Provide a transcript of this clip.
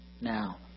now